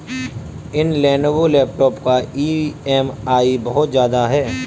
इस Lenovo laptop का EMI बहुत ज्यादा है